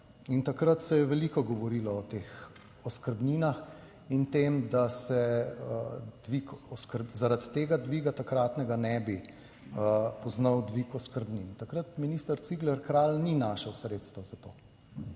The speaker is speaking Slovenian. takrat se je veliko govorilo o teh oskrbninah in tem, da se dvig, zaradi tega dviga, takratnega, ne bi poznal dvig oskrbnin. Takrat minister Cigler Kralj ni našel sredstev za to.